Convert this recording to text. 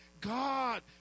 God